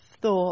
thought